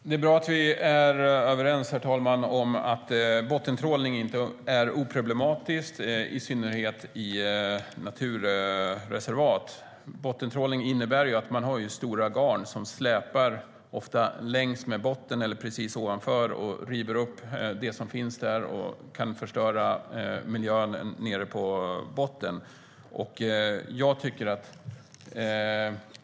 Herr talman! Det är bra att vi är överens om att bottentrålning inte är oproblematiskt, i synnerhet inte i naturreservat. Bottentrålning innebär att man har stora garn som släpar, ofta längs med botten eller precis ovanför, och river upp det som finns där. Det kan förstöra miljön nere på botten.